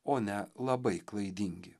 o ne labai klaidingi